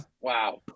Wow